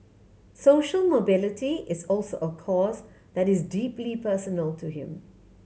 social mobility is also a cause that is deeply personal to him